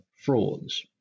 frauds